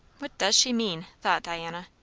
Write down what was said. what does she mean? thought diana.